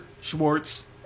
Schwartz